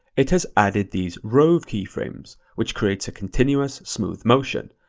it has added these rove keyframes, which creates a continuous smooth motion,